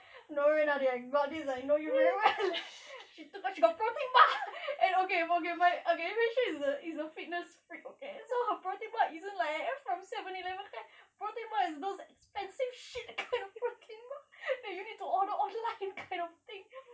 don't worry nadi I got this I know you very well she took out she got protein bar and okay okay vishu is a fitness freak okay so her protein bar isn't like from seven eleven kind protein bar is those expensive shit kind of protein bar that you need to order online kind of thing